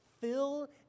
fill